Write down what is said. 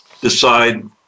decide